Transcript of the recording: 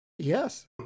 Yes